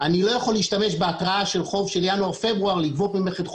אומר שאני צריך מחדש לשלוח צו הודעה כי אני לא יכול לעשות פעולת רישום.